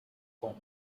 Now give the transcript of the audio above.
comb